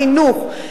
החינוך,